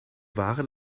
ware